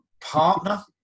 partner